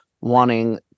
wanting